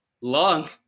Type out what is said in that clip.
long